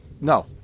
no